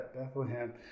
Bethlehem